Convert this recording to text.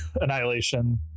Annihilation